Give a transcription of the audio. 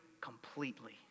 Completely